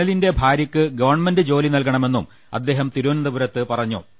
സനലിന്റെ ഭാര്യയ്ക്ക് ഗവൺമെന്റ് ജോലി നൽക ണമെന്നും അദ്ദേഹം തിരുവനന്തപുരത്ത് പറഞ്ഞു